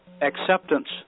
acceptance